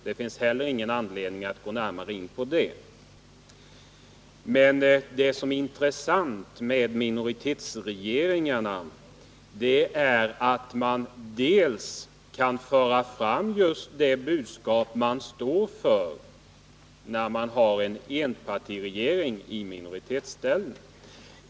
Det finns ingen anledning att nu gå närmare in på det, men vad som är intressant med minoritetsregeringarna är att ett parti kan föra fram just det budskap det står för när det bildar en enpartiregering t.ex. i minoritetsställning.